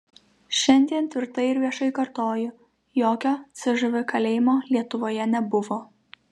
šiandien tvirtai ir viešai kartoju jokio cžv kalėjimo lietuvoje nebuvo